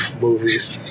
movies